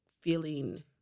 feeling